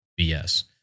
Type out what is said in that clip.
BS